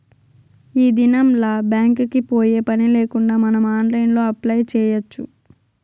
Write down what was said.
ఈ దినంల్ల బ్యాంక్ కి పోయే పనిలేకుండా మనం ఆన్లైన్లో అప్లై చేయచ్చు